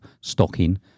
stocking